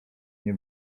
nie